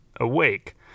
awake